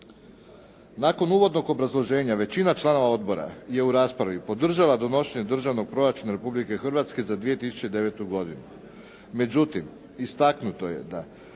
Nakon uvodnog obrazloženja većina članova odbora je u raspravi podržala donošenje Državnog proračuna Republike Hrvatske za 2009. godinu.